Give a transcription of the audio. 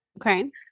Okay